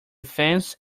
fence